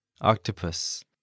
octopus